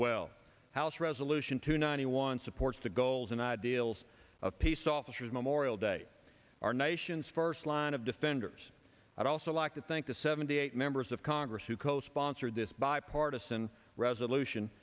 well house resolution two ninety one supports the goals and ideals of peace officers memorial day our nation's first line of defenders i'd also like to thank the seventy eight members of congress who co sponsored this bipartisan resolution